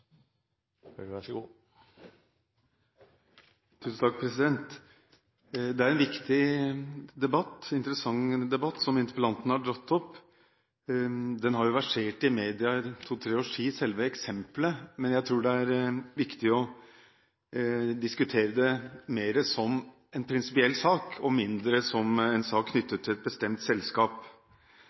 Det er en viktig og interessant debatt interpellanten har dratt opp. Selve eksempelet har versert i media en to–tre års tid, men jeg tror det er viktig å diskutere det mer som en prinsipiell sak, og mindre som en sak knyttet til et bestemt selskap.